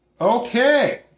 okay